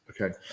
okay